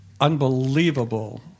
unbelievable